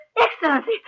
Excellency